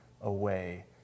away